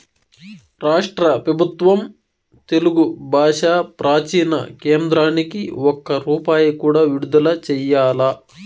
రాష్ట్ర పెబుత్వం తెలుగు బాషా ప్రాచీన కేంద్రానికి ఒక్క రూపాయి కూడా విడుదల చెయ్యలా